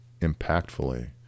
impactfully